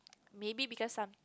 maybe because some